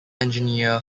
engineer